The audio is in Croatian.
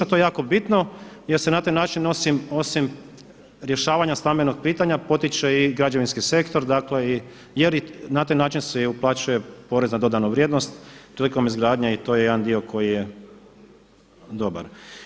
To je jako bitno jer se na taj način nosim osim rješavanja stambenog pitanja potiče i građevinski sektor dakle jer na taj način se uplaćuje porez na dodanu vrijednost prilikom izgradnje i to je jedan dio koji je dobar.